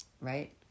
right